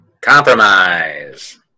Compromise